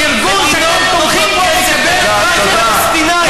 ארגון של שקרנים.